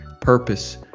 purpose